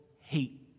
hate